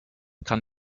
kann